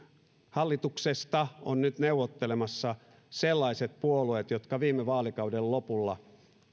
hallituksesta ovat nyt neuvottelemassa sellaiset puolueet jotka viime vaalikauden lopulla